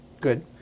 Good